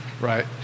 Right